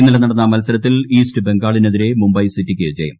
ഇന്നലെ നടന്ന മത്സരത്തിൽ ഈസ്റ്റ് ബംഗാളിനെതിരെ മുംബൈ സിറ്റിക്ക് ജയം